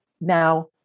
Now